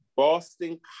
Boston